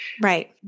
right